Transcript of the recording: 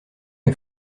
est